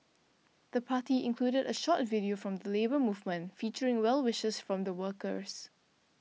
the party included a short video from the Labour Movement featuring well wishes from workers